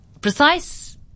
precise